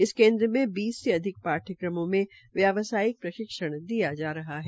इस केन्द्र में बीस से अधिक पाठ्यक्रमों में व्यावसायिक प्रशिक्षण दिया जायेगा